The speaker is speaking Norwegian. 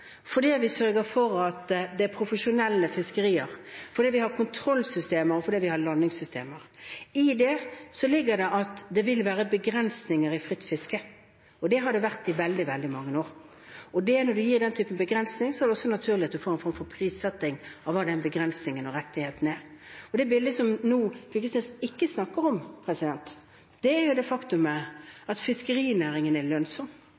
har kontrollsystemer, og fordi vi har landingssystemer. I det ligger det at det vil være begrensninger i fritt fiske. Det har det vært i veldig, veldig mange år. Når en gir den typen begrensning, er det naturlig at en får en form for prissetting av hva den begrensningen og rettigheten er. Det som representanten Fylkesnes nå ikke snakker om, er det faktum at fiskerinæringen er lønnsom. Den er altså uten subsidier i dag, mens den gangen det